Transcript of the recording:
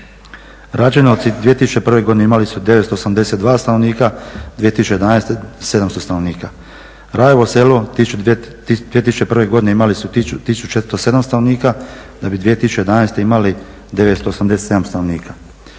Rađenovci 2001. godine imali su 982 stanovnika, 2011. 700 stanovnika. Rajevo Selo 2001. godine imali su 1407 stanovnika da bi 2011. imali 987 stanovnika.